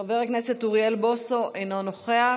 חבר הכנסת אוריאל בוסו, אינו נוכח,